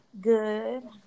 Good